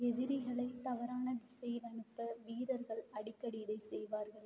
எதிரிகளை தவறான திசையில் அனுப்ப வீரர்கள் அடிக்கடி இதைச் செய்வார்கள்